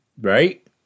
right